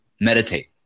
meditate